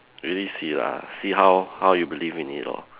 really see lah see how how you believe in it lor